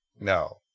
No